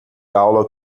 aula